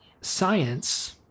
science